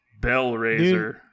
Bellraiser